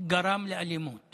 וגרם לאלימות